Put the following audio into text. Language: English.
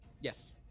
Yes